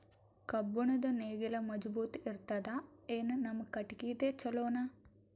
ಕಬ್ಬುಣದ್ ನೇಗಿಲ್ ಮಜಬೂತ ಇರತದಾ, ಏನ ನಮ್ಮ ಕಟಗಿದೇ ಚಲೋನಾ?